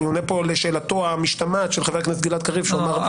אני עונה פה לשאלתו המשתמעת של חבר הכנסת גלעד קריב -- לא,